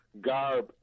garb